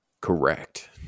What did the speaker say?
correct